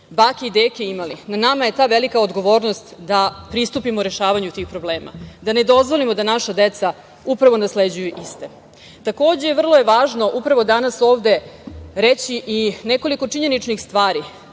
bake i deke imali. Na nama je ta velika odgovornost da pristupimo rešavanju tih problema, da ne dozvolimo da naša deca upravno nasleđuju iste. Takođe, vrlo je važno upravo danas ovde reći i nekoliko činjeničnih stvari,